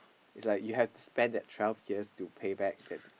it's like you have to spend that twelve years to pay back